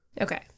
Okay